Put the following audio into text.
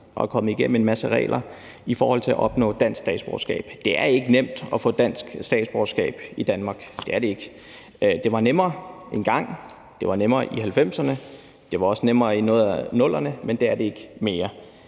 er kommet igennem en masse regler i forhold til at opnå dansk statsborgerskab. Det er ikke nemt at få statsborgerskab i Danmark; det er det ikke. Det var nemmere engang. Det var nemmere i 1990'erne, og det var også nemmere i noget af 00'erne, men det er det ikke mere.